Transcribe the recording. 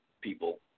people